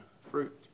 fruit